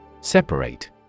Separate